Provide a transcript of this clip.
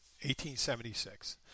1876